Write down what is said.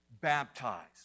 baptized